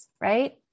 Right